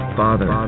father